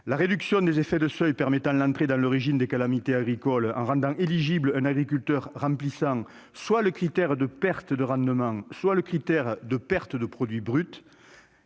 la réduction des effets de seuil permettant l'entrée dans le régime des calamités agricoles en rendant éligible un agriculteur remplissant soit le critère de perte de rendement, soit le critère de perte de produit brut.